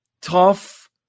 tough